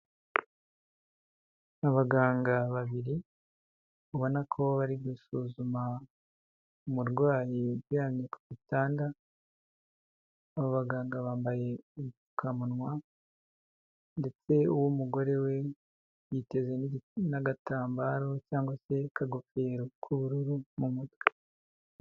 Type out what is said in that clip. Abaganga babiri, ubona ko bari gusuzuma umurwayi uryamye ku gitanda, abaganga bambaye udupfukamunwa ndetse uw'umugore we yiteze n'agatambaro cyangwa se akagofero k'ubururu mu mutwe.